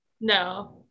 No